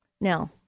Now